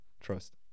Trust